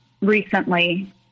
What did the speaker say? recently